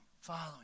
following